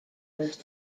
was